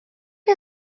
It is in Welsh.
chi